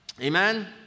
Amen